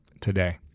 today